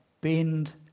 bend